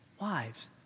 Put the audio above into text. wives